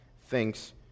thinks